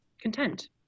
content